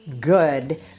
good